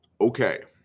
Okay